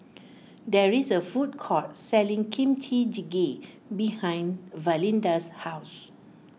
there is a food court selling Kimchi Jjigae behind Valinda's house